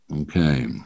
Okay